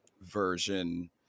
version